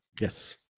Yes